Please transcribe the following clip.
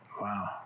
wow